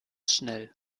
schnell